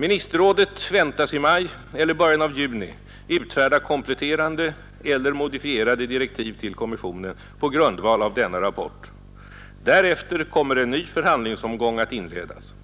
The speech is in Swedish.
Ministerrådet väntas i maj eller början av juni utfärda kompletterande eller modifierade direktiv till kommissionen på grundval av denna rapport. Därefter kommer en ny förhandlingsomgång att inledas.